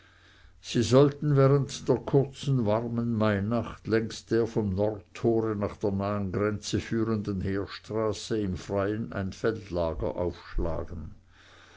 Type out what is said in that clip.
sie sollten während der kurzen warmen mainacht längs der vom nordtore nach der nahen grenze führenden heerstraße im freien ein feldlager aufschlagen